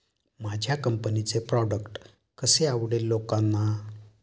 माझ्या कंपनीचे प्रॉडक्ट कसे आवडेल लोकांना?